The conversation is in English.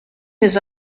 his